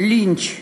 לינץ',